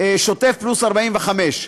שוטף פלוס 45,